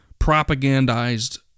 propagandized